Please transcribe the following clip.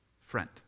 friend